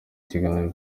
kiganiro